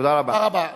תודה רבה.